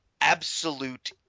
absolute